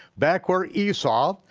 back where esau,